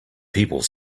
people